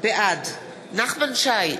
בעד נחמן שי,